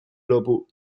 俱乐部